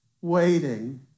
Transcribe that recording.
waiting